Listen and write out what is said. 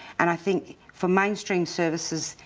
and i think, for mainstream services,